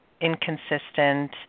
inconsistent